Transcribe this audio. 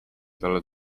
talle